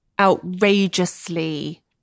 outrageously